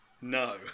No